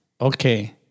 okay